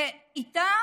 איתו